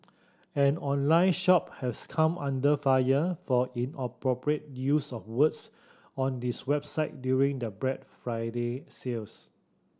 an online shop has come under fire for inappropriate use of words on this website during the Black Friday sales